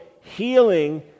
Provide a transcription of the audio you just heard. healing